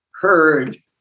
heard